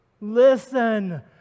Listen